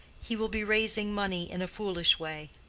he will be raising money in a foolish way.